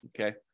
Okay